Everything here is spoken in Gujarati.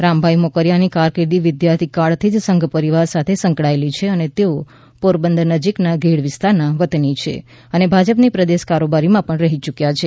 રામભાઇ મોકરિયાની કારકિર્દી વિદ્યાર્થી કાળથી સંઘ પરિવાર સાથે સંકળાયેલી છે અને તેઓ પોરબંદર નજીકના ઘેડ વિસ્તારના વતની છે અને ભાજપની પ્રદેશ કારોબારીમાં પણ રહી યૂક્યા છે